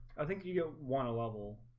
i think you want a level